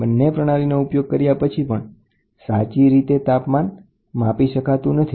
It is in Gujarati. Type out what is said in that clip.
બંને પ્રણાલીનો ઉપયોગ કર્યા પછી પણ કોન્ટેક્ટ પોઇન્ટ પર સાચી રીતે તાપમાન માપી શકાતું નથી